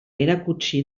erakutsi